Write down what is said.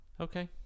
Okay